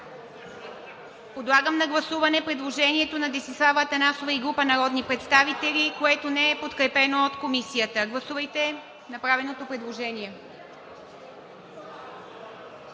Подлагам на гласуване предложението на Десислава Атанасова и група народни представители, което не е подкрепено от Комисията. (Шум и реплики.)